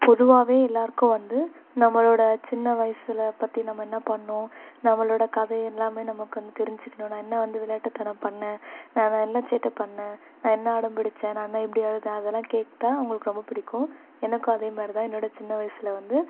பொதுவாகவே எல்லாருக்கும் வந்து நம்மளோடய சின்ன வயசில் பற்றி நம்ம என்ன பண்ணோம் நம்மளோட கதை எல்லாமே நமக்கு வந்து தெரிஞ்சுக்கணும் நான் என்ன வந்து விளையாட்டுத்தனம் பண்ணேன் நான் வேற என்ன சேட்டை பண்ணேன் நான் என்ன அடம் பிடிச்சேன் நான் என்ன எப்படி அழுதேன் அதெல்லாம் கேட்டால் அவங்களுக்கு ரொம்ப பிடிக்கும் எனக்கும் அதே மாதிரி தான் என்னோடய சின்ன வயசில் வந்து